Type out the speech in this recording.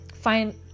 find